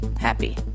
happy